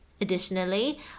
Additionally